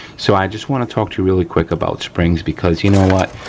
so, i just wanna talk to you really quick about springs because, you know what,